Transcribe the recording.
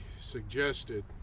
suggested